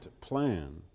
plan